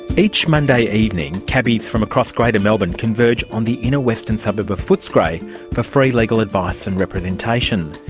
each monday evening, cabbies from across greater melbourne converge on the inner western suburb of footscray for free legal advice and representation.